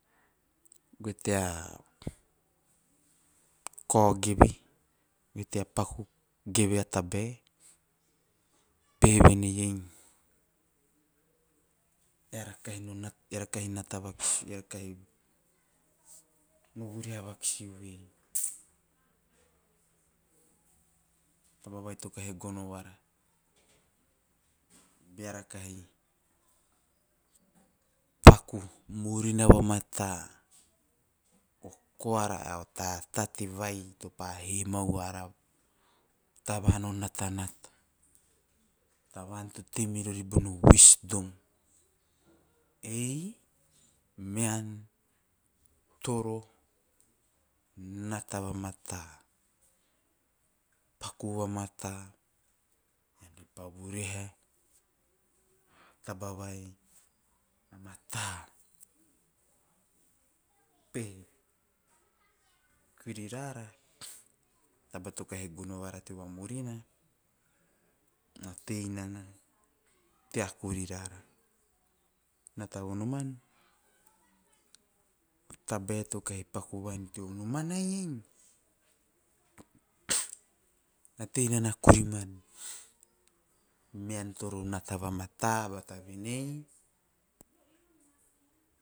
Goe ta kao geve, goe tea paku geve a tabae upehe vene iei eara kahi- eara kahi nata vakis- eara kahi vuriha vakis ve a taba vai to kahi gono vara beara kahi paku murina vamata a koara ae o tatate nai topa he nimao ara o tavan or natanata, a tavon to tei merori bono wisdom. Ei mean toro nata vamata, paku vamata ean re pa vuriha a taba vai a mata, muri rara taba to kahi gono vara teo vamurina to tei nana tea kuri rara. Tabe to kah8i paku van teo nomana iei na tei nana kuriman, ean toro nata vamata bata venei.